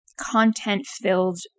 content-filled